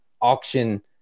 auction